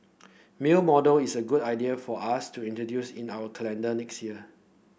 male model is a good idea for us to introduce in our calendar next year